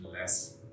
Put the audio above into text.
less